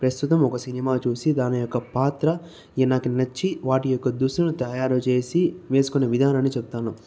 ప్రస్తుతం ఒక సినిమా చూసి దాని యొక్క పాత్ర ఈ నాకు నచ్చి వాటి యొక్క దుస్తులను తయారుచేసి వేసుకొని విధానాన్ని చెప్తాను